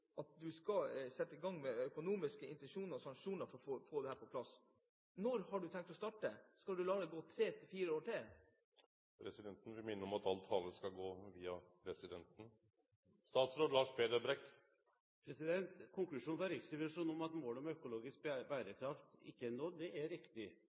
at du skal sette i gang med økonomiske incentiver og sanksjoner for å få dette på plass. Når har du tenkt å starte? Skal du la det gå tre–fire år til? Presidenten vil minne om at all tale skal gå via presidenten. Konklusjonen fra Riksrevisjonen om at målet om økologisk bærekraft ikke er nådd, er riktig.